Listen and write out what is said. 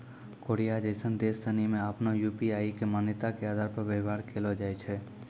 Korea जैसन देश सनि मे आपनो यू.पी.आई के मान्यता के आधार पर व्यवहार कैलो जाय छै